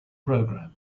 program